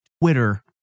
Twitter